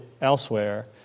elsewhere